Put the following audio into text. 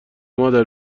مادر